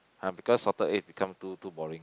ah because salted egg become too too boring